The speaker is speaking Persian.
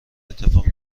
اتفاق